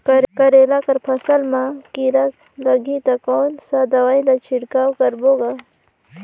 करेला कर फसल मा कीरा लगही ता कौन सा दवाई ला छिड़काव करबो गा?